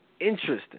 interesting